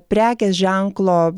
prekės ženklo